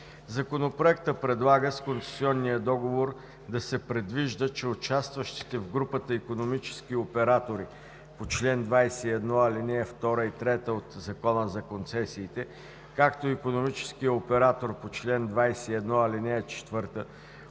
Законопроектът предлага с концесионния договор да се предвижда, че участващите в групата икономически оператори по чл. 21, ал. 2 и 3 от Закона за концесиите, както и икономическият оператор по чл. 21, ал. 4